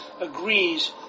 agrees